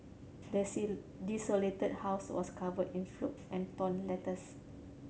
the desolated house was covered in flow and torn letters